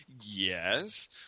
Yes